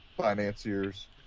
financiers